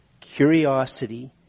curiosity